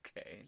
Okay